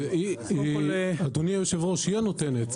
אדוני היושב-ראש, היא הנותנת.